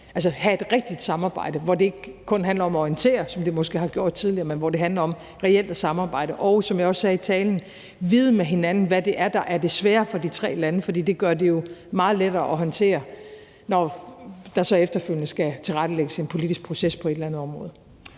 netop at have et rigtigt samarbejde, hvor det ikke kun handler om at orientere, som det måske gjorde tidligere, men hvor det handler om reelt at samarbejde og, som jeg også sagde i talen, vide med hinanden, hvad det er, der er det svære for de tre lande, for det gør det jo så meget lettere at håndtere, når der efterfølgende skal tilrettelægges en politisk proces på et eller andet område.